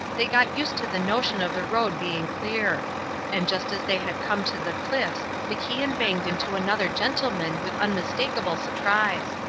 they got used to the notion of the road being clear and just as they had come to the cliffs macian banged into another gentleman with unmistakable surprise.